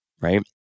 Right